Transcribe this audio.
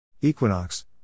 equinox